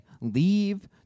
leave